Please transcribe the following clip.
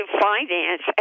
finance